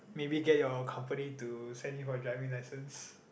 maybe get your company to send you for driving lessons